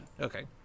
Okay